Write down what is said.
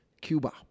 Cuba